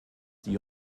die